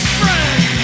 friends